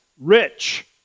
rich